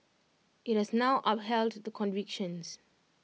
IT has now upheld the convictions